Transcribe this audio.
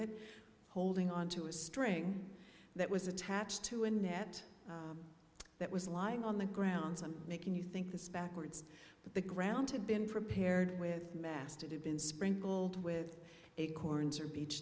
it holding onto a string that was attached to a net that was lying on the grounds and making you think this backwards but the ground had been prepared with mass to been sprinkled with acorns or beech